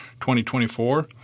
2024